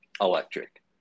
electric